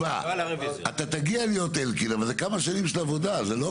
- אין אם כך הרוויזיות הוסרו.